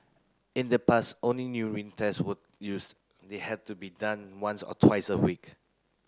in the past only urine tests were used they had to be done once or twice a week